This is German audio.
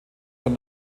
von